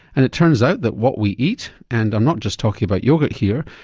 and it turns out that what we eat, and i'm not just talking about yoghurt here,